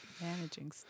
Managing